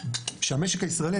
כשהמשק הישראלי,